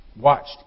watched